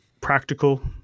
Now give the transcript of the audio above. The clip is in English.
practical